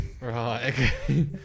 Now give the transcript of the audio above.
right